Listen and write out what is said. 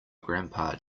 grandpa